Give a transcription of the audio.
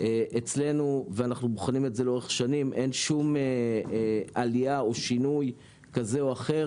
אצלנו אין שום עלייה או שינוי כזה או אחר